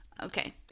Okay